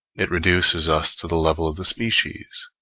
it reduces us to the level of the species,